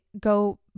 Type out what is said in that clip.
go